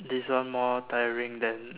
this one more tiring than